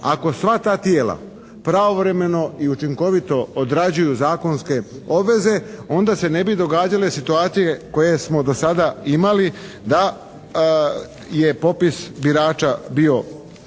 Ako sva ta tijela pravovremeno i učinkovito odrađuju zakonske obveze onda se ne bi događale situacije koje smo do sada imali da je popis birača bio